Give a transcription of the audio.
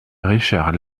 richard